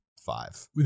five